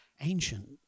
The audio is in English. ancient